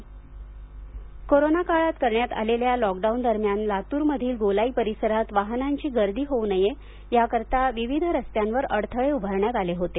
barricades corona काळात करण्यात आलेल्या लॉकडाऊन दरम्यान लातुरमधील गोलाई परिसरात वाहनाची गर्दी होऊ नये याकरीता विविध रस्त्यांवर अडथळे उभारण्यात आले होते